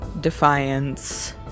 Defiance